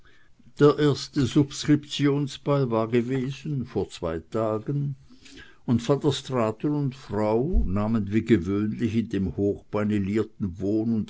der erste subskriptionsball war gewesen vor zwei tagen und van der straaten und frau nahmen wie gewöhnlich in dem hochpaneelierten